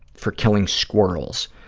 for killing squirrels.